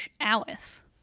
Alice